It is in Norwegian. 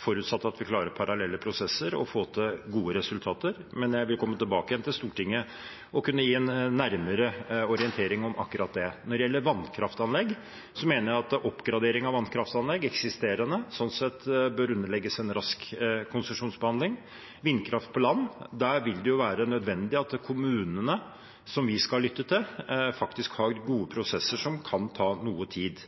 forutsatt at vi klarer parallelle prosesser, kan klare å få til gode resultater. Men jeg vil komme tilbake igjen til Stortinget og kunne gi en nærmere orientering om akkurat det. Når det gjelder vannkraftanlegg, mener jeg at oppgradering av eksisterende vannkraftanlegg bør underlegges en rask konsesjonsbehandling. Når det gjelder vindkraft på land, vil det være nødvendig at kommunene, som vi skal lytte til, faktisk har gode prosesser, som kan ta noe tid.